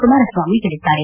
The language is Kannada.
ಕುಮಾರಸ್ವಾಮಿ ಹೇಳಿದ್ದಾರೆ